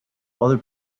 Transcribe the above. other